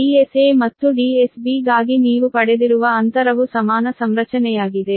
DSA ಮತ್ತು DSB ಗಾಗಿ ನೀವು ಪಡೆದಿರುವ ಅಂತರವು ಸಮಾನ ಸಂರಚನೆಯಾಗಿದೆ